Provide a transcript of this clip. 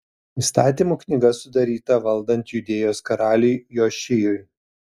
įstatymų knyga sudaryta valdant judėjos karaliui jošijui